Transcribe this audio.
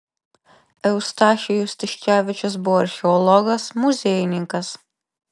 eustachijus tiškevičius buvo archeologas muziejininkas